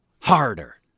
harder